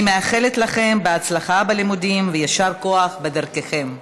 אני מאחלת לכם הצלחה בלימודים ויישר כוח בדרככם.